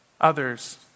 others